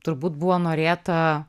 turbūt buvo norėta